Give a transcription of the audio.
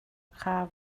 kha